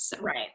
Right